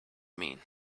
mean